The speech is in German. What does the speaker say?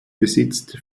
besitzt